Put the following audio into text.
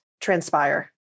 transpire